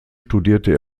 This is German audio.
studierte